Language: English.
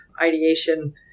ideation